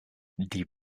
die